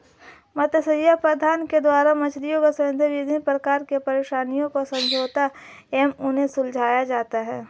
मत्स्य प्रबंधन के द्वारा मछलियों से संबंधित विभिन्न प्रकार की परेशानियों को समझा एवं उन्हें सुलझाया जाता है